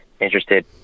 interested